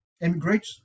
emigrate